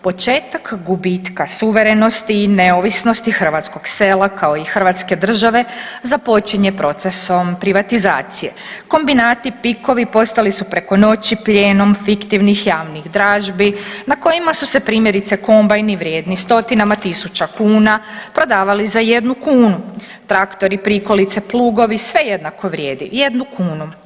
Početak gubitka suverenosti i neovisnosti hrvatskog sela kao i Hrvatske države započinje procesom privatizacije, kombinati, PIK-ovi postali su preko noći plijenom fiktivnih javnih dražbi na kojima su se primjerice kombajni vrijedni stotinama tisuća kuna prodavali za jednu kunu, traktori, prikolice, plugovi sve jednako vrijedi jednu kunu.